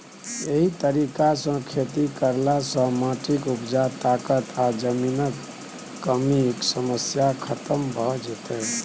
एहि तरीका सँ खेती करला सँ माटिक उपजा ताकत आ जमीनक कमीक समस्या खतम भ जेतै